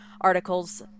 articles